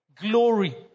Glory